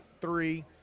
three